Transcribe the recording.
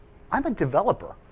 i'm a developer,